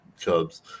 Cubs